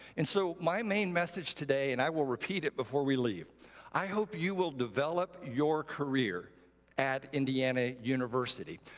and so my main message today and i will repeat it before we leave i hope you will develop your career at indiana university.